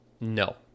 No